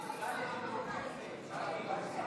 54 בעד,